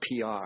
PR